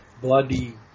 bloody